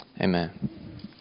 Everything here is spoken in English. Amen